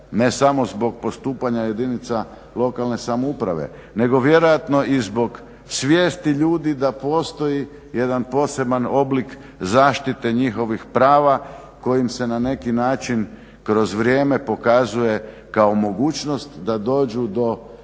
ne samo zbog postupanja jedinica lokane samouprave nego vjerojatno i zbog svijesti ljudi da postoji jedan poseban oblik zaštite njihovih prava kojim se na neki način kroz vrijeme pokazuje kao mogućnost da dođu do